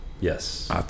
Yes